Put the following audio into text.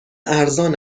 ارزان